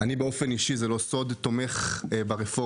זה לא סוד שאני תומך ברפורמה